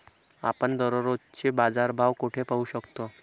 आपण दररोजचे बाजारभाव कोठे पाहू शकतो?